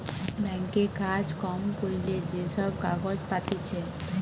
bank এ কাজ কম করিলে যে সব কাগজ পাতিছে